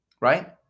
Right